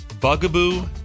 Bugaboo